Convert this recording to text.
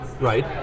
right